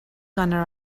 gonna